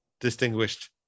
distinguished